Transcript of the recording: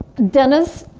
dennis.